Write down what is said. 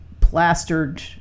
plastered